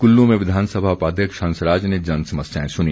कुल्लू में विधानसभा उपाध्यक्ष हंसराज ने जन समस्याएं सुनी